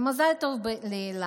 מזל טוב לאילת.